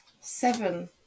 seven